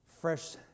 fresh